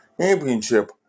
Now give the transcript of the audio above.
Championship